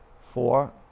four